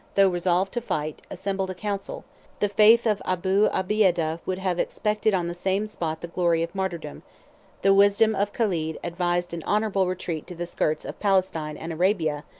though resolved to fight, assembled a council the faith of abu obeidah would have expected on the same spot the glory of martyrdom the wisdom of caled advised an honorable retreat to the skirts of palestine and arabia,